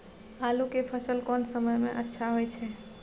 आलू के फसल कोन समय में अच्छा होय छै?